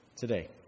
today